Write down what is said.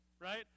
right